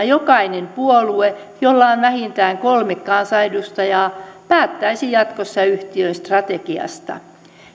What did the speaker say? jokainen puolue jolla on vähintään kolme kansanedustajaa päättäisi jatkossa yhtiön strategiasta